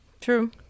True